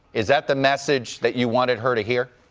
is that the message that you wanted her to hear?